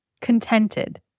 Contented